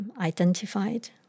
identified